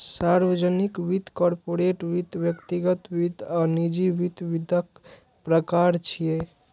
सार्वजनिक वित्त, कॉरपोरेट वित्त, व्यक्तिगत वित्त आ निजी वित्त वित्तक प्रकार छियै